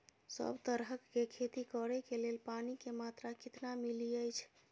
सब तरहक के खेती करे के लेल पानी के मात्रा कितना मिली अछि?